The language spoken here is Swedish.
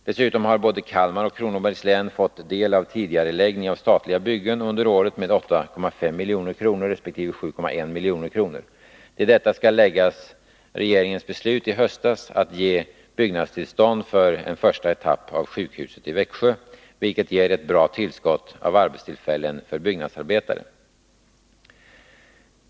Dessutom har både Kalmar och Kronobergs län fått del av tidigareläggningen av statliga byggen under året, med 8,5 milj.kr. resp. 7,1 milj.kr. Till detta skall läggas regeringens beslut i höstas att ge byggnadstillstånd för en första etapp av sjukhuset i Växjö, vilket ger ett bra tillskott av arbetstillfällen för byggnadsarbetare.